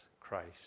Christ